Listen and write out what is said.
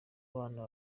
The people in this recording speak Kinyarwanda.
bana